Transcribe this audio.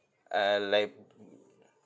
uh uh like